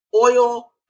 oil